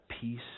peace